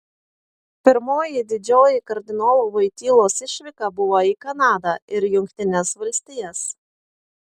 pirmoji didžioji kardinolo voitylos išvyka buvo į kanadą ir jungtines valstijas